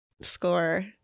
Score